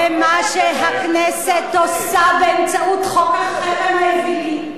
ומה שהכנסת עושה באמצעות חוק החרם האווילי,